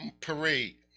parade